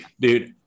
dude